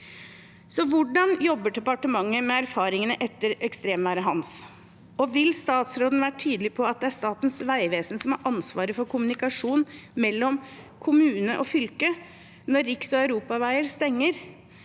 Hvordan jobber departementet med erfaringene etter ekstremværet «Hans»? Vil statsråden være tydelig på at det er Statens vegvesen som har ansvaret for kommunikasjonen mellom kommune og fylke når riksveier og europaveier stenger